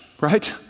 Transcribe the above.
Right